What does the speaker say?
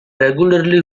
regularly